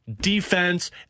defense